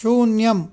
शून्यम्